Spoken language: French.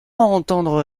entendre